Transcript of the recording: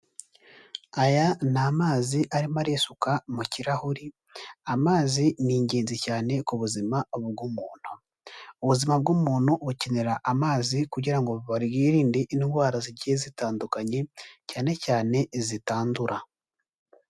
Aya ni amazi arimo arisuka mu kirahuri, amazi ni ingenzi cyane ku buzima bw'umuntu, ubuzima bw'umuntu bukenera amazi kugira ngo bwirinde indwara zigiye zitandukanye, cyane cyane izitandura.